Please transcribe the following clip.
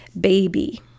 baby